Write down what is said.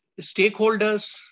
stakeholders